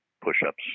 push-ups